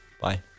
Bye